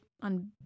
on